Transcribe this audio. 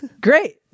Great